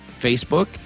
Facebook